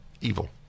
Evil